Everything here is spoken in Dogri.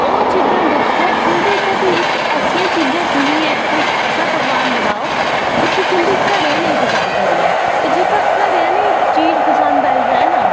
ते ओह् चीज़ां दिक्खो ते उं'दे चा बी ओह् चीज़ां चुनो जेह्कियां कोई ऐसा पकवान बनाओ जेह्का तुं'दे घरै आह्लें गी पसंद आई जा ते जेह्का घरै आह्लें गी चीज़ पसंद आई जा ना